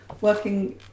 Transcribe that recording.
working